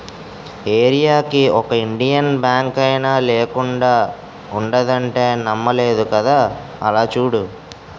ఏరీయాకి ఒక ఇండియన్ బాంకైనా లేకుండా ఉండదంటే నమ్మలేదు కదా అలా చూడు